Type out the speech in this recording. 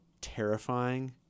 terrifying